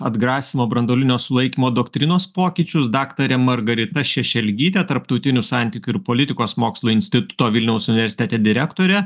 atgrasymo branduolinio sulaikymo doktrinos pokyčius daktarė margarita šešelgytė tarptautinių santykių ir politikos mokslų instituto vilniaus universitete direktorė